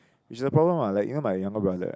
which is a problem lah like you know my younger brother